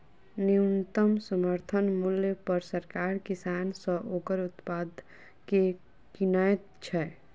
न्यूनतम समर्थन मूल्य पर सरकार किसान सॅ ओकर उत्पाद के किनैत छै